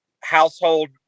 household